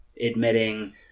admitting